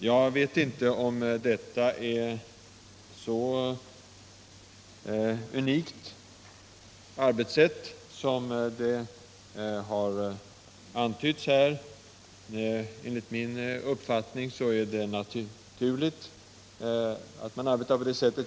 Jag vet inte om det är ett så unikt arbetssätt som har antytts här — enligt min uppfattning är det naturligt att man arbetar på det sättet.